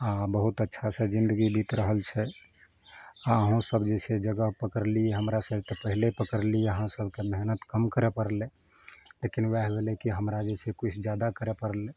आ बहुत अच्छा से जिन्दगी बीत रहल छै आ अहूँ सब जे छै जगह पकड़लियै हमरा से तऽ पहिले पकड़लियै अहाँ सबके मेहनत कम करए पड़लै लेकिन ओएह भेलै कि हमरा जे छै किछु जादा करए पड़लै